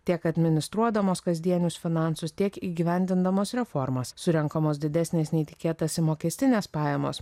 tiek administruodamos kasdienius finansus tiek įgyvendindamos reformas surenkamos didesnės nei tikėtasi mokestinės pajamos